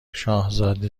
شاهزاده